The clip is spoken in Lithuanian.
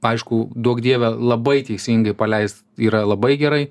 aišku duok dieve labai teisingai paleis yra labai gerai